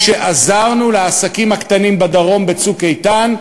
שעזרנו לעסקים הקטנים בדרום ב"צוק איתן".